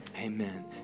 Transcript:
Amen